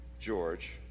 George